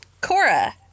Cora